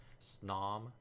Snom